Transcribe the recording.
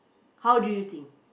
how do you think